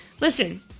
Listen